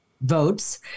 votes